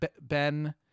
Ben